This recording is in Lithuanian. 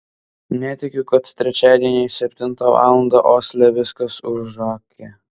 netikiu kad trečiadieniais septintą valandą osle viskas užakę